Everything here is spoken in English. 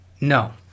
no